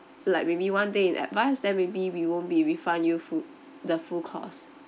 like maybe one day in advance then maybe we won't be refund you full the full costs